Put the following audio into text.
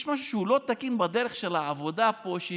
יש משהו שהוא לא תקין בדרך של העבודה פה,